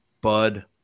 Bud